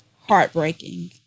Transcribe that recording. heartbreaking